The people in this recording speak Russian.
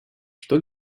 что